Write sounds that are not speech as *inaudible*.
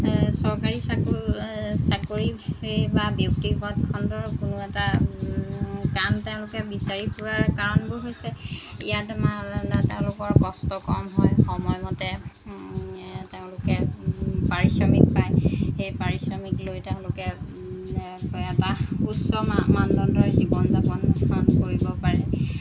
চৰকাৰী চাক চাকৰি বা ব্যক্তিগত খণ্ডৰ কোনো এটা কাম তেওঁলোকে বিচাৰি ফুৰাৰ কাৰণবোৰ হৈছে ইয়াত আমাৰ *unintelligible* তেওঁলোকৰ কষ্ট কম হয় সময়মতে তেওঁলোকে পাৰিশ্ৰমিক পায় সেই পাৰিশ্ৰমিক লৈ তেওঁলোকে এটা উচ্চ মানদণ্ডৰ জীৱন যাপন কৰিব পাৰে